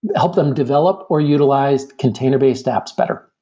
help them develop or utilize container-based apps better.